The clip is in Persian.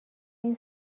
این